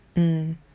mm